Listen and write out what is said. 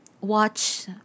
watch